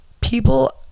People